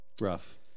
rough